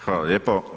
Hvala lijepo.